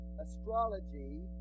Astrology